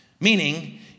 Meaning